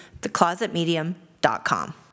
theclosetmedium.com